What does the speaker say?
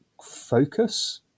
focus